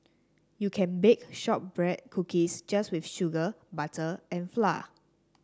you can bake shortbread cookies just with sugar butter and flour